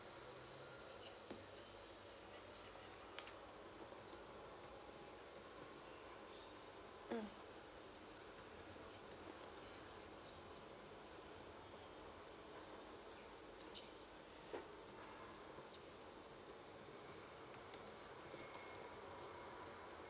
mm